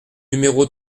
numéro